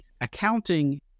Accounting